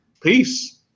peace